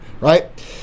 right